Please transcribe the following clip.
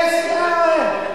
אל תתייחס אליו.